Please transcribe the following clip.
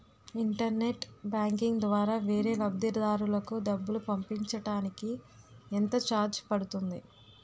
Internet banking ద్వారా వేరే లబ్ధిదారులకు డబ్బులు పంపించటానికి ఎంత ఛార్జ్ పడుతుంది?